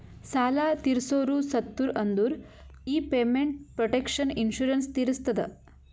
ಸಾಲಾ ತೀರ್ಸೋರು ಸತ್ತುರ್ ಅಂದುರ್ ಈ ಪೇಮೆಂಟ್ ಪ್ರೊಟೆಕ್ಷನ್ ಇನ್ಸೂರೆನ್ಸ್ ತೀರಸ್ತದ